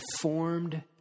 formed